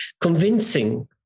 convincing